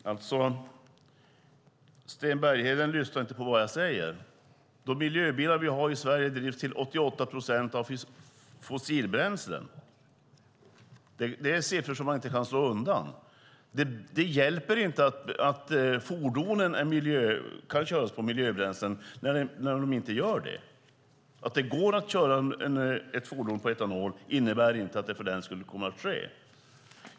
Herr talman! Sten Bergheden lyssnar inte på vad jag säger. De miljöbilar som finns i Sverige drivs till 88 procent av fossilbränslen. Det är siffror som man inte kan slå undan. Det hjälper inte att fordonen kan köras med miljöbränslen när det inte sker. Att det går att köra ett fordon på etanol innebär inte att det för den skull kommer att ske.